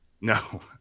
No